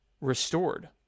restored